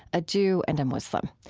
a jew and a muslim.